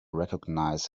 recognize